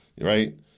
right